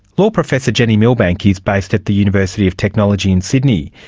law professor jenni millbank is based at the university of technology in sydney.